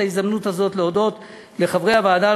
את ההזדמנות הזאת להודות לחברי הוועדה,